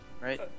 right